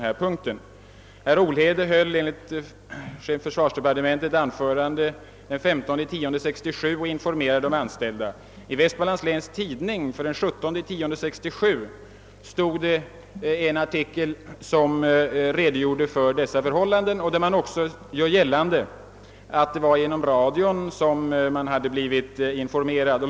Herr Olhede höll enligt chefen för försvarsdepartementet ett anförande den 15 oktober 1967 i vilket han informerade de anställda. I Vestmanlands Läns Tidning för den 17 oktober 1967 fanns en artikel som redogjorde för dessa förhållanden och där görs också gällande att informationen skett genom radio.